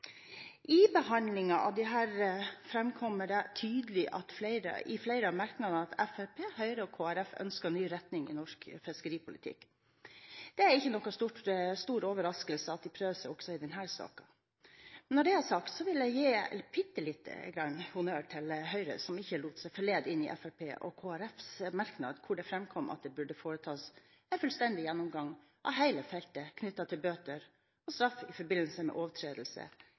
I behandlingen av disse framkommer det tydelig i flere av merknadene til Fremskrittspartiet, Høyre og Kristelig Folkeparti at de ønsker en ny retning i norsk fiskeripolitikk. Det er ingen stor overraskelse at de prøver seg også i denne saken. Men når det er sagt, vil jeg gi en bitte liten honnør til Høyre som ikke lot seg forlede inn i Fremskrittspartiets og Kristelig Folkepartis merknader, hvor det framkommer at det burde foretas en fullstendig gjennomgang av hele feltet knyttet til bøter og straff i forbindelse med overtredelse